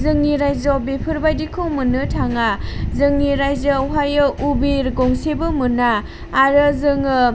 जोंनि रायजोआव बेफोरबायदिखौ मोननो थाङा जोंनि रायजोआवहाय उबेर गंसेबो मोना आरो जोङो